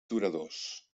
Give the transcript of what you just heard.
duradors